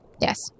Yes